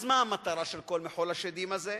אז מה המטרה של כל מחול השדים הזה?